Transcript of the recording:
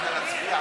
למה?